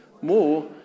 more